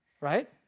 right